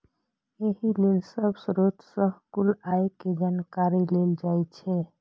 एहि लेल सब स्रोत सं कुल आय के जानकारी लेल जाइ छै